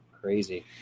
Crazy